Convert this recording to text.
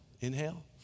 Inhale